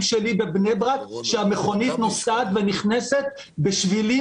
שלי בבני ברק שהמכונית נוסעת ונכנסת בשבילים